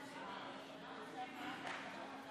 דילמה קשה ברגע